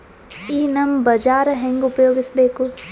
ಈ ನಮ್ ಬಜಾರ ಹೆಂಗ ಉಪಯೋಗಿಸಬೇಕು?